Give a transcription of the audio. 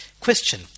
Question